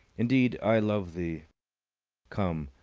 indeed, i love thee come,